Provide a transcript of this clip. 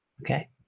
Okay